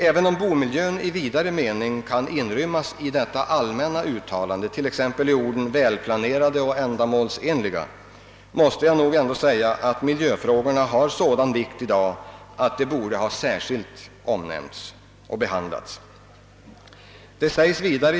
Även om bomiljön i vidare mening kan inrymmas i detta allmänna uttalande, t.ex. i orden »välplanerade och ändamålsenligt utrustade», måste jag nog ändå säga att miljöfrågorna i dag har sådan vikt, att de särskilt borde ha omnämnts och behandlats i bostadspropositionen.